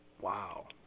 Wow